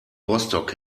rostock